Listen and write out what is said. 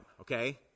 okay